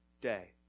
day